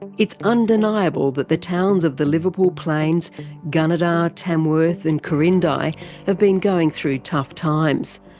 it's undeniable that the towns of the liverpool plains gunnedah, tamworth, and quirindi have been going through tough times.